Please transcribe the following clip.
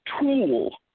tool